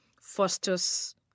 Fosters